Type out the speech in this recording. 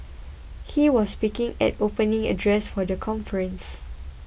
he was speaking at opening address for the conference